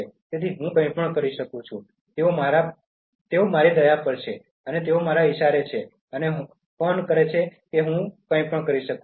તેથી હું કાંઇ પણ કરી શકું છું તેઓ મારી દયા પર છે તેઓ મારા ઇશારે છે અને ફોન કરે છે કે હું કાંઈ પણ કરી શકું છું